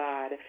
God